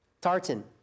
Tartan